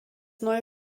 neue